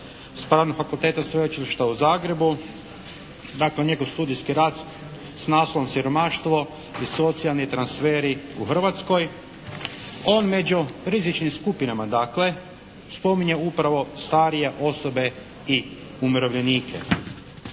Pravnom fakulteta sveučilišta u Zagrebu. Njegov studijski rad s naslovom "Siromaštvo i socijalni transferi u Hrvatskoj", on među rizičnim skupinama spominje upravo starije osobe i umirovljenike.